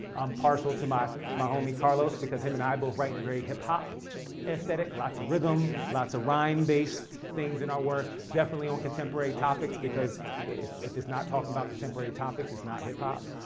i'm partial to my my homie carlos because him and i both write in a very hip hop aesthetic. lots of rhythm. lots of rhyme based things in our work. definitely on contemporary topics because if if it's not talking about contemporary topics, it's not hip hop.